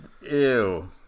Ew